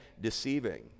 deceiving